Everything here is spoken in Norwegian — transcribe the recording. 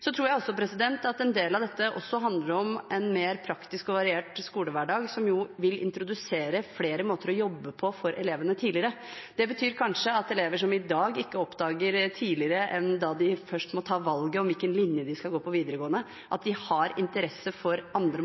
Jeg tror at en del av dette også handler om en mer praktisk og variert skolehverdag, som vil introdusere flere måter å jobbe på for elevene tidligere. Det betyr kanskje at elever som i dag ikke oppdager tidligere enn når de først må ta valget om hvilken linje de skal gå på videregående, vil kunne oppdage at de har interesse for andre